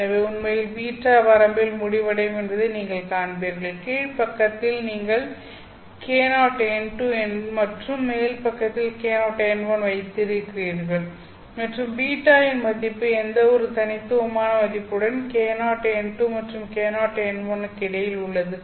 எனவே உண்மையில் β வரம்பில் முடிவடையும் என்பதை நீங்கள் காண்பீர்கள் கீழ் பக்கத்தில் நீங்கள் k0n2 மற்றும் மேல் பக்கத்தில் k0n1 வைத்திருக்கிறீர்கள் மற்றும் β இன் மதிப்பு எந்தவொரு தனித்துவமான மதிப்புடன் k0n2 மற்றும் k0n1 க்கு இடையில் உள்ளது